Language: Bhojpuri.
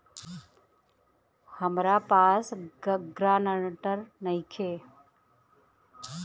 हमरा पास ग्रांटर नइखे?